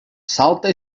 salta